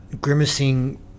grimacing